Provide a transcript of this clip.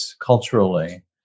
culturally